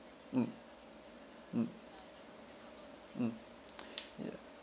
mm mm mm yeah